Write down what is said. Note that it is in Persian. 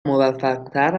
موفقتر